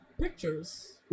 pictures